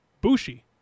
Bushi